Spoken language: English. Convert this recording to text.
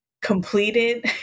completed